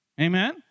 Amen